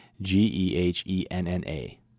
G-E-H-E-N-N-A